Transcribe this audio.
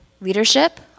leadership